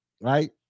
Right